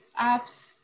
apps